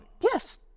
Yes